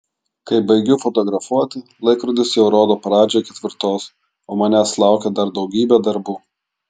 kai baigiu fotografuoti laikrodis jau rodo pradžią ketvirtos o manęs laukia dar daugybė darbų